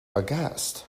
aghast